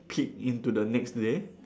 peek into the next day